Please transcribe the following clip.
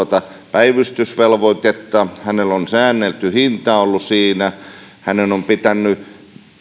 päivystysvelvoitetta hänellä on säännelty hinta ollut siinä hänen on pitänyt